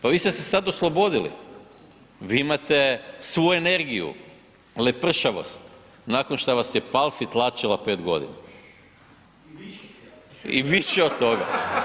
Pa vi ste se sad oslobodili, pa vi imate svu energiju, lepršavost, nakon šta vas je Palfi tlačila 5 godina [[Upadica: I više.]] i više od toga.